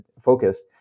focused